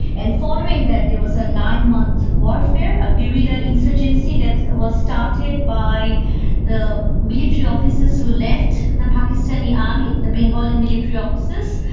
and following that there was a nine-month warfare, a guerrilla insurgency that was started by the military officers who left the pakistani army, the bengalis military officers,